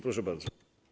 Proszę bardzo.